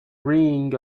ring